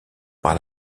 par